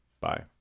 bye